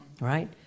right